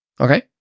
Okay